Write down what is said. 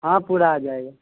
ہاں پورا آجائے گا